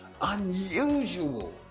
unusual